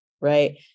right